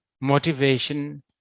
motivation